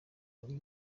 ari